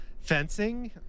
Fencing